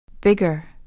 Bigger